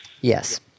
Yes